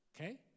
Okay